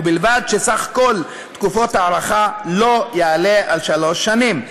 ובלבד שסך כל תקופות ההארכה לא יעלה על שלוש שנים.